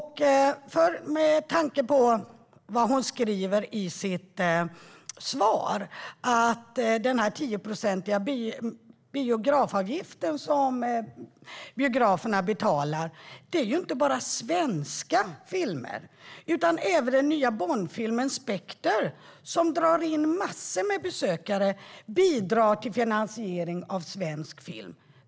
Hon talar i sitt svar om den 10-procentiga biografavgift som biograferna betalar. Den gäller inte bara svenska filmer. Även den nya Bondfilmen Spectre , som drar in massor med besökare, bidrar till finansieringen av svensk film.